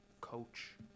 coach